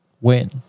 win